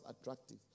attractive